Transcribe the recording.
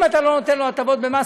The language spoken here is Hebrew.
אם אתה לא נותן לו הטבות במס,